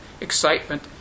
excitement